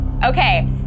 Okay